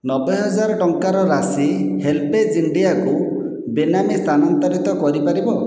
ନବେ ହଜାର ଟଙ୍କାର ରାଶି ହେଲ୍ପେଜ୍ ଇଣ୍ଡିଆକୁ ବେନାମୀ ସ୍ଥାନାନ୍ତରିତ କରିପାରିବ